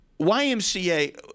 YMCA